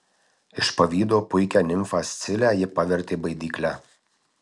iš pavydo puikią nimfą scilę ji pavertė baidykle